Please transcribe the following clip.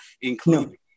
including